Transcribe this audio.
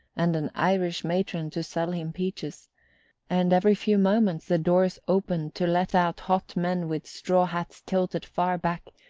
and an irish matron to sell him peaches and every few moments the doors opened to let out hot men with straw hats tilted far back,